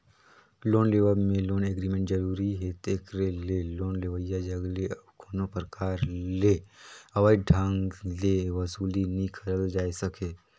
loan लेवब में loan agreement जरूरी हे तेकरे ले लोन लेवइया जग ले अउ कोनो परकार ले अवैध ढंग ले बसूली नी करल जाए सके